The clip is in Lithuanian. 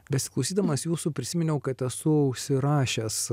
besiklausydamas jūsų prisiminiau kad esu užsirašęs